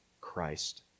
Christ